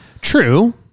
True